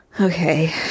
Okay